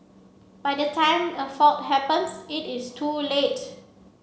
by the time a fault happens it is too late